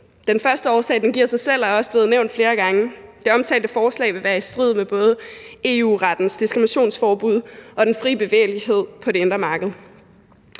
Den første årsag giver sig selv og er også blevet nævnt flere gange: Det omtalte forslag vil være i strid med både EU-rettens diskriminationsforbud og den frie bevægelighed på det indre marked,